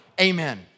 amen